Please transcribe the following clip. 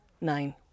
Nine